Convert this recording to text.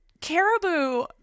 caribou